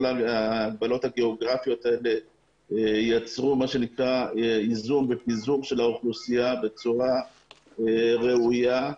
כל ההגבלות הגיאוגרפיות יצרו איזון ופיזור של האוכלוסייה בצורה ראויה,